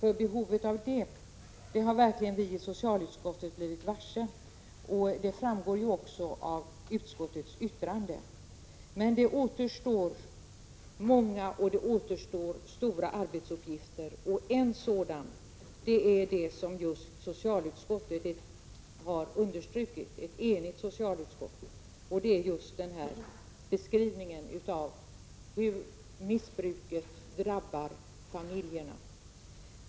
Vi i socialutskottet har verkligen blivit varse behovet av en omorganisation av rådet, och det framgår också av utskottets yttrande. Många och stora arbetsuppgifter återstår emellertid. En sådan är det som ett enigt socialutskott understryker, och det är just en kartläggning av hur missbruket drabbar familjerna.